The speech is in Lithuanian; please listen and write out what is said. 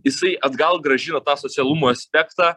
jisai atgal grąžina tą socialumo aspektą